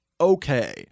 okay